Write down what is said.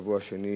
שבוע שני